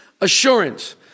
Assurance